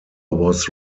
was